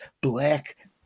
black